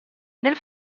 nel